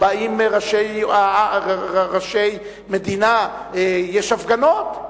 באים ראשי מדינה, יש הפגנות,